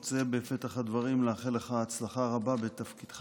בפתח הדברים אני רוצה לאחל לך הצלחה רבה בתפקידך.